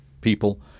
people